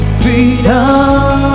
freedom